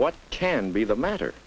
what can be the matter